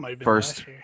first